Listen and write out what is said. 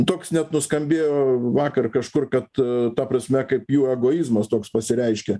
toks net nuskambėjo vakar kažkur kad ta prasme kaip jų egoizmas toks pasireiškia